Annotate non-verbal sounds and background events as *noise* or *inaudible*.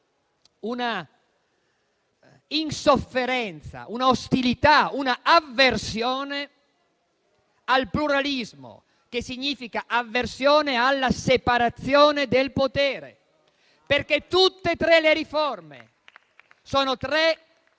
una insofferenza, un'ostilità, una avversione al pluralismo, che significa avversione alla separazione del potere. *applause* Tutte e tre le riforme sono tre